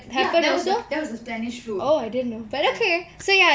ya that was the spanish flu ya